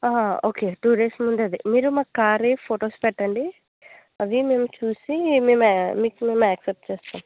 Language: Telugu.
ఓకే టూ డేస్ ముందే అది మీరే మాకు కార్వి ఫొటోస్ పెట్టండి అవి మేము చూసి మేము మీకు యాక్సెప్ట్ చేస్తాం